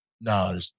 No